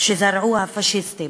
שזרעו הפאשיסטים.